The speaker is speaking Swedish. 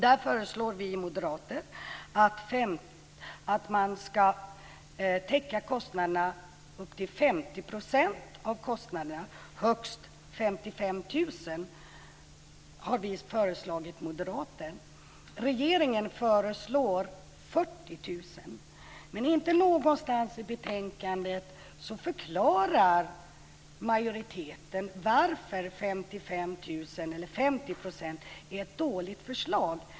Där föreslår vi moderater att man ska täcka kostnaderna upp till 50 %, högst 55 000 kr. Regeringen föreslår 40 000 kr. Men inte någonstans i betänkandet förklarar majoriteten varför 55 000 kr eller 50 % är ett dåligt förslag.